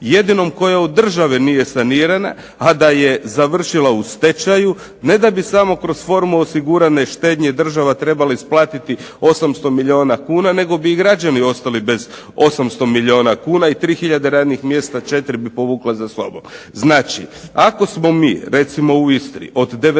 Jedinom koja od države nije sanirana, a da je završila u stečaju ne da bi samo kroz formu osigurane štednje država trebala isplatiti 800 milijuna kuna nego bi građani ostali bez 800 milijuna kuna i 3 tisuće radnih mjesta, četiri, bi povukla za sobom. Znači, ako smo mi recimo u Istri od '93.